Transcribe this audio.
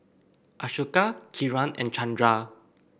Ashoka Kiran and Chandra